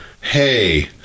Hey